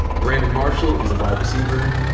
brandon marshall is a wide receiver.